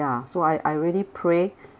ya so I I really pray